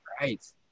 Right